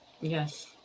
yes